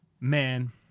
man